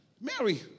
Mary